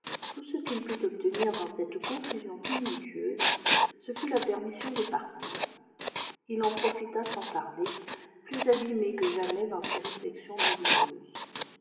tout ce qu'il put obtenir dans cette confusion tumultueuse ce fut la permission de partir il en profita sans tarder plus abîmé que jamais dans ses réflexions douloureuses